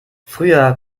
früher